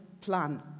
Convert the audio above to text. plan